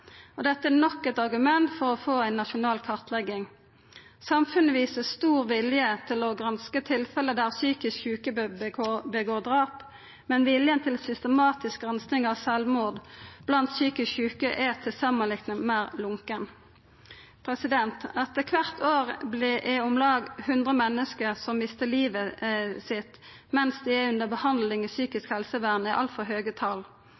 ikkje. Dette er nok eit argument for å få ei nasjonal kartlegging. Samfunnet viser stor vilje til å granska tilfelle der psykisk sjuke gjer drap, men viljen til systematisk gransking av sjølvmord blant psykisk sjuke er til samanlikning meir lunken. Kvart år er det om lag 100 menneske som mister livet sitt mens dei er under behandling i psykisk i helsevern, og det er eit altfor høgt tal.